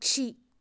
പക്ഷി